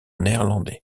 néerlandais